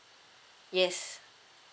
yes